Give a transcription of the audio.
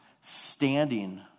standing